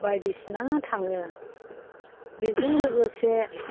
बायदिसिना थाङो बेजों लोगोसे